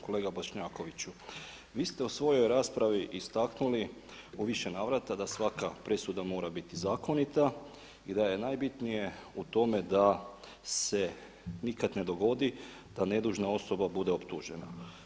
Kolega Bošnjakoviću, vi ste u svojoj raspravi istaknuli u više navrata da svaka presuda mora biti zakonita i da je najbitnije u tome da se nikad ne dogodi da nedužna osoba bude optužena.